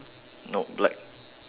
no black